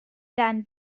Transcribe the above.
than